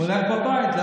כולם בבית.